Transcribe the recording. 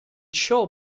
shall